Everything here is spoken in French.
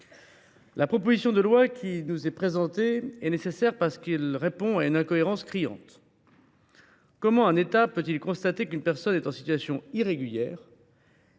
la proposition de loi qui nous est présentée est nécessaire, parce qu’elle répond à une incohérence criante : comment un État peut il constater qu’une personne est en situation irrégulière,